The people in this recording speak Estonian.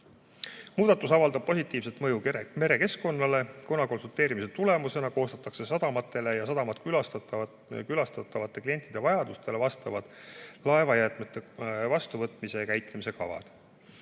Muudatus avaldab positiivset mõju merekeskkonnale, kuna konsulteerimise tulemusena koostatakse sadamatele ja sadamat külastavate klientide vajadustele vastavad laevajäätmete vastuvõtmise ja käitlemise kavad.